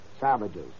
savages